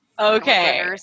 okay